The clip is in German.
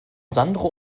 sandro